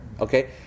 okay